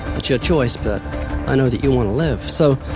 it's your choice, but i know that you want to live. so,